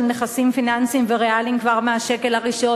נכסים פיננסיים וריאליים כבר מהשקל הראשון.